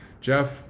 Jeff